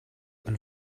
and